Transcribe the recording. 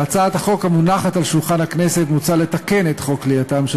בהצעת החוק המונחת על שולחן הכנסת מוצע לתקן את חוק כליאתם של